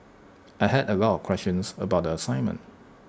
I had A lot of questions about the assignment